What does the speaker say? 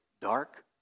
dark